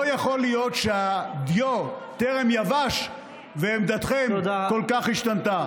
לא יכול להיות שהדיו טרם יבשה ועמדתכם כל כך השתנתה.